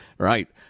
Right